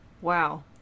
Wow